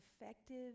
effective